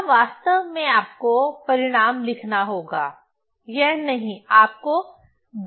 यहां वास्तव में आपको परिणाम लिखना होगा यह नहीं आपको 1055 लिखना होगा